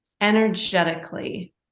energetically